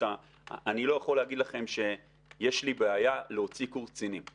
אני לא יכול להגיד לכם שיש לי בעיה להוציא קורס קצינים.